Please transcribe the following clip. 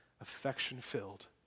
affection-filled